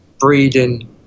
Breeding